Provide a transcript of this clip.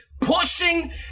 pushing